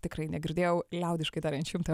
tikrai negirdėjau liaudiškai tariant šimtą